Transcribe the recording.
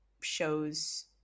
shows